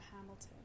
Hamilton